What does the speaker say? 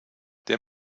der